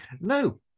No